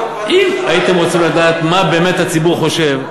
אם הייתם רוצים לדעת מה באמת הציבור חושב,